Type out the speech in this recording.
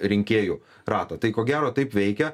rinkėjų ratą tai ko gero taip veikia